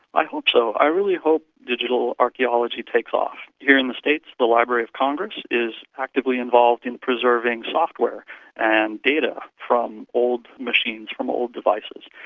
i hope so, i really hope digital archaeology takes off. here in the states the library of congress is actively involved in preserving software and data from old machines, from old devices.